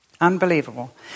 Unbelievable